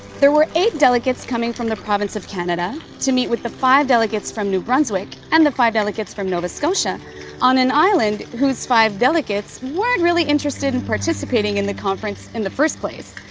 there were eight delegates coming from the province of canada to meet with the five delegates from new brunswick and the five delegates from nova scotia on an island whose five delegates weren't really interested in participating in the conference in the first place.